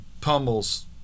pummels